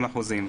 40 אחוזים.